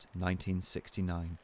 1969